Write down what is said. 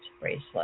bracelet